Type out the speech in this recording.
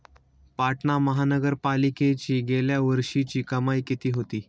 पाटणा महानगरपालिकेची गेल्या वर्षीची कमाई किती होती?